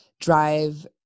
drive